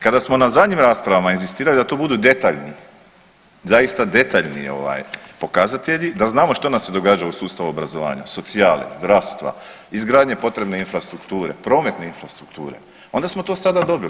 Kada smo na zadnjim rasprava inzistirali da to budu detaljni, zaista detaljni ovaj pokazatelji da znamo što nam se događa u sustavu obrazovanja, socijale, zdravstva, izgradnje potrebne infrastrukture, prometne infrastrukture onda smo to sada dobili.